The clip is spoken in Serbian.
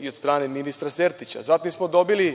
i od strane ministra Sertića. Zatim smo dobili